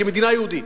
כמדינה יהודית.